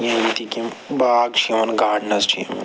یا ییٚتِکۍ یِم باغ چھِ یِوان گاڈںٕز چھِ یِوان